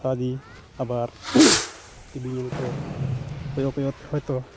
ᱚᱱᱠᱟᱜᱮ ᱟᱵᱟᱨ ᱴᱤᱵᱤ ᱧᱮᱞᱛᱮ ᱠᱚᱭᱚᱜ ᱠᱚᱭᱚᱜ ᱛᱮ ᱦᱚᱭᱛᱳ